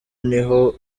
niho